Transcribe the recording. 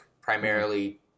primarily